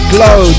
Glow